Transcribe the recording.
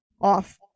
off